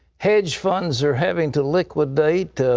hedge funds are having to liquidate.